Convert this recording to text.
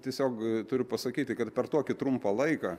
tiesiog turiu pasakyti kad per tokį trumpą laiką